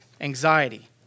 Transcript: anxiety